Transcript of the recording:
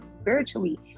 spiritually